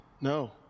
No